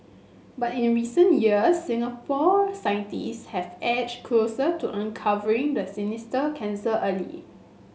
but in recent years Singapore scientist have edged closer to uncovering the sinister cancer early